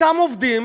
אותם עובדים,